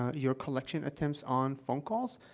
ah your collection attempts on phone calls,